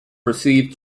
received